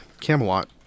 Camelot